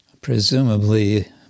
Presumably